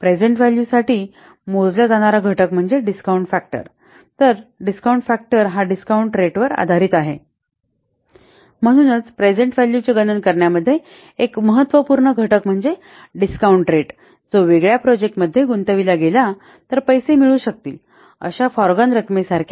present value साठी मोजला जाणारा घटक म्हणजे डिस्काउंट फॅक्टर तर डिस्काउंट फॅक्टर हा डिस्काउंट रेट वर आधारीत आहे म्हणूनच प्रेझेन्ट व्हॅल्यू चे गणन करण्यामध्ये एक महत्त्वपूर्ण घटक म्हणजे डिस्कॉऊंन्ट रेट जो वेगळ्या प्रोजेक्ट मध्ये गुंतविला गेला तर पैसे मिळू शकतील अशा फॉरगॉन रकमेसारखे आहे